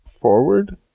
Forward